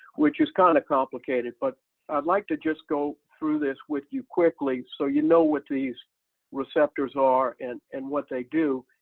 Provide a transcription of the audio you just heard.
which is kind of complicated, but i'd like to just go through this with you quickly so you know what these receptors are and and what they do,